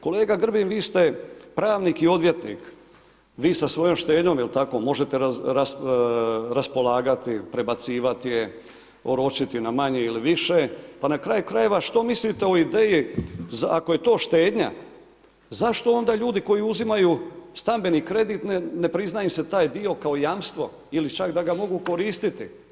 Kolega Grbin vi ste pravnik i odvjetnik, vi sa svojom štednom jel tako, može raspolagati, prebacivati je, oročiti na manje ili više, pa na kraju krajeva što mislite o ideji ako je to štednja zašto onda ljudi koji uzimaju stambeni kredit ne prizna im se taj dio kao jamstvo ili čak da ga mogu koristiti.